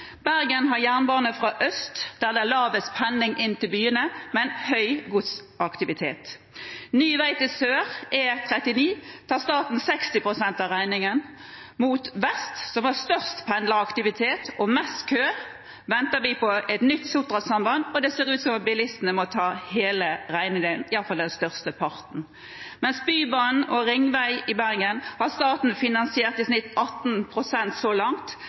Bergen har jernbane fra øst, der det er lavest pendling inn til byene, men det er høy godsaktivitet. Når det gjelder ny vei til sør, E39, tar staten 60 pst. av regningen. Mot vest, som har størst pendleraktivitet og mest kø, venter vi på et nytt Sotra-samband, og det ser ut til at bilistene må ta hele regningen – i alle fall størsteparten. For Bybanen og Ringveg i Bergen har staten finansiert i snitt 18 pst. så langt